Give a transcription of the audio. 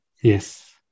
Yes